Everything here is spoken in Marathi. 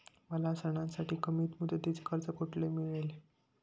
मला सणासाठी कमी मुदतीचे कर्ज कोठे मिळेल?